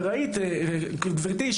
וראית גברתי,